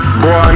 boy